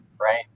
right